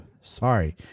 Sorry